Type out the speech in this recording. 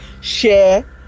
share